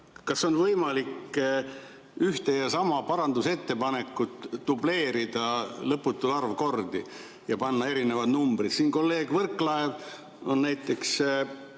Kas on võimalik ühte ja sama parandusettepanekut dubleerida lõputu arv kordi ja panna erinevaid numbreid? Kolleeg Võrklaeval on näiteks